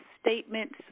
statements